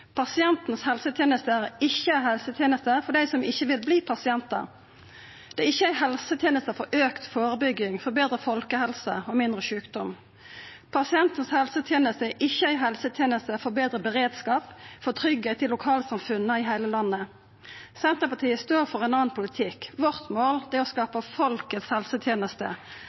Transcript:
Pasientens helseteneste er ikkje ei helseteneste for dei som ikkje vil verta pasientar. Det er ikkje ei helseteneste for auka førebygging, forbetra folkehelse og mindre sjukdom. Pasientens helseteneste er ikkje ei helseteneste for betre beredskap, for tryggleik i lokalsamfunna i heile landet. Senterpartiet står for ein annan politikk. Vårt mål er å skapa folkets